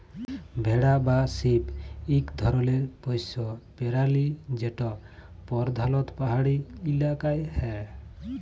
ভেড়া বা শিপ ইক ধরলের পশ্য পেরালি যেট পরধালত পাহাড়ি ইলাকায় হ্যয়